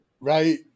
Right